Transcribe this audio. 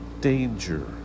danger